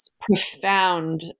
profound